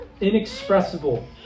inexpressible